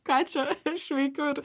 ką čia aš veikiu ir